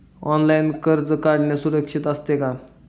Online कर्ज काढणे सुरक्षित असते का?